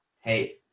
hey